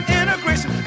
integration